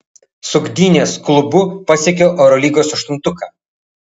su gdynės klubu pasiekiau eurolygos aštuntuką